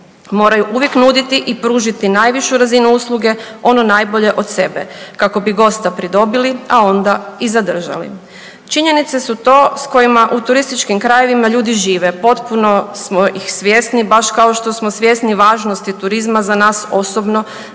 moraju uvijek nuditi i pružiti najvišu razinu usluge ono najbolje od sebe kako bi gosta pridobili, a onda i zadržali. Činjenice su to s kojima u turističkim krajevima ljudi žive, potpuno smo ih svjesni baš kao što smo svjesni važnosti turizma za nas osobno,